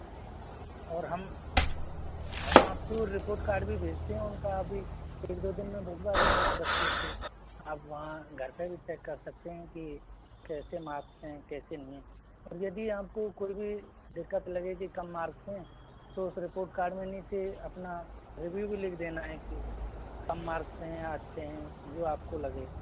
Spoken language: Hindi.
और हम हम आपको रिपोर्ट कार्ड भी भेजते हैं उनका अभी एक दो दिन में भिजवा देंगे उस अच्छे से आप वहाँ घर पर भी चेक कर सकते हैं कि कैसे मार्क्स हैं कैसे नहीं हैं और यदि आपको कोई भी दिक्कत लगेगी कम मार्क्स हैं तो उस रिपोर्ट कार्ड में नीचे अपना रिव्यू भी लिख देना है कि कम मार्क्स हैं या अच्छे हैं जो आपको लगे